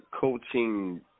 coaching